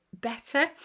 better